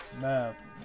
Man